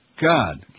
God